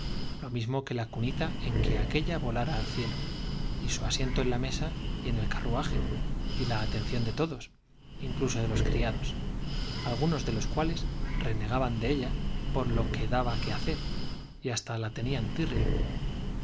lo mismo que la cunita en que aquélla volara al cielo y su asiento en la mesa y en el carruaje y la atención de todos incluso de los criados algunos de los cuales renegaban de ella por lo que daba que hacer y hasta le tenían tirria